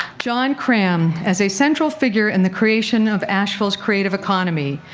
john cram, as a central figure in the creation of asheville's creative economy,